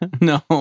No